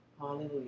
Hallelujah